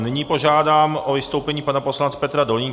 Nyní požádám o vystoupení pana poslance Petra Dolínka.